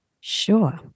Sure